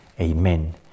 amen